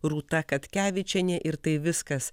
rūta katkevičienė ir tai viskas